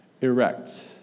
erect